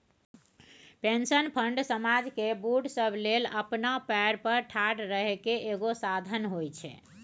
pension fund समाज केर बूढ़ सब लेल अपना पएर पर ठाढ़ रहइ केर एगो साधन होइ छै